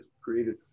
created